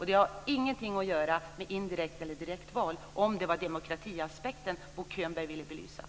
Det har inget att göra med indirekt eller direkt val, om det nu var demokratiaspekten som Bo Könberg ville få belyst.